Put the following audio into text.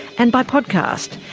and by podcast.